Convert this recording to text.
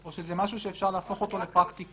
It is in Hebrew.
או שזה משהו שאפשר להפוך אותו לפרקטיקה,